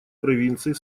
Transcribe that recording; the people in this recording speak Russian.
провинций